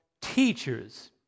teachers